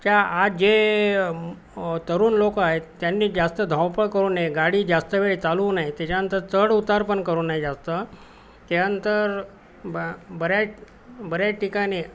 च्या आत जे तरुण लोकं आहेत त्यांनी जास्त धावपाळ करू नये गाडी जास्त वेळ चालवू नये त्याच्यानंतर चढ उतार पण करू नये जास्त त्यानंतर ब बऱ्याच बऱ्याच ठिकाणी